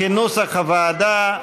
כנוסח הוועדה.